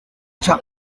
nka